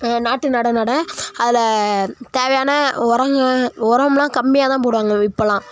நாற்று நட நட அதில் தேவையான உரங்க உரம்லாம் கம்மியாக தான் போடுவாங்க இப்போதுலாம்